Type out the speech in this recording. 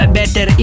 better